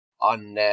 on